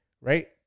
right